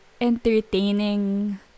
entertaining